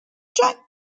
jack